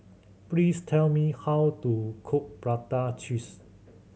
please tell me how to cook prata cheese